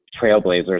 trailblazers